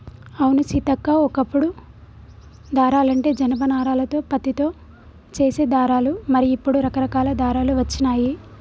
అవును సీతక్క ఓ కప్పుడు దారాలంటే జనప నారాలతో పత్తితో చేసే దారాలు మరి ఇప్పుడు రకరకాల దారాలు వచ్చినాయి